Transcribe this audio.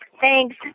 Thanks